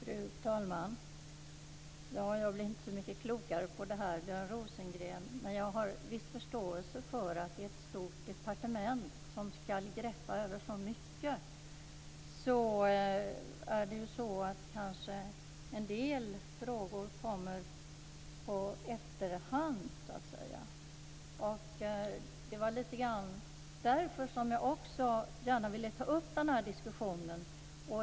Fru talman! Jag blir inte så mycket klokare av det här, Björn Rosengren, men jag har viss förståelse för att detta är ett stort departement som skall greppa över mycket. Då är det ju så att en del frågor kanske kommer på efterhand, så att säga. Det var också lite grann därför som jag gärna ville ta upp den här diskussionen.